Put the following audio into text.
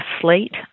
slate